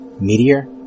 meteor